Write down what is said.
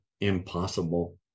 impossible